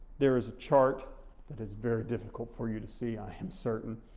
there is a chart that is very difficult for you to see i am certain,